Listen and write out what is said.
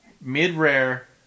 mid-rare